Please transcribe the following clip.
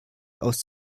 aus